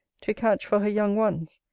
to catch for her young ones,